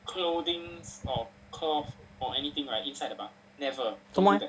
做么 eh